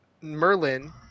Merlin